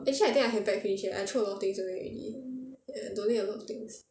actually I think I can pack finish leh I throw a lot of things away already donate a lot of things